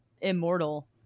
immortal